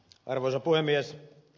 arvoisa puhemies